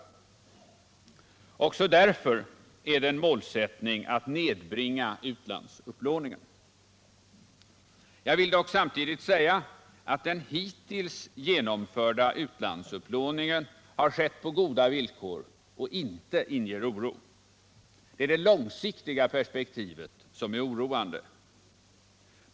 Också därför är det en målsättning att nedbringa utlandsupplåningen. Jag vill dock samtidigt säga att den hittills genomförda utlandsupplåningen har skett på goda villkor och inte inger oro. Det är det långsiktiga perspektivet som är oroande.